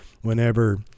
Whenever